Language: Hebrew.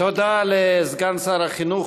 תודה לסגן שר החינוך